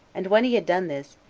and when he had done this,